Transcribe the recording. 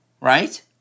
Right